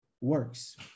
works